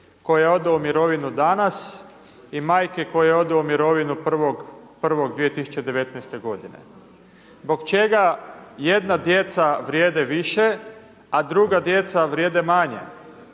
koja ode u mirovinu danas i majke koja ode u mirovinu 1.1.2019. godine? Zbog čega jedna djeca vrijede više a druga djeca vrijede manje?